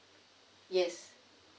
yes